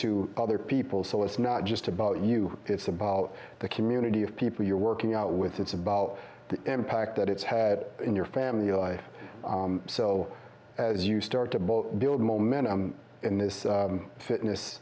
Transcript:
to other people so it's not just about you it's about the community of people you're working out with it's about the impact that it's had in your family life so as you start to build momentum in this fitness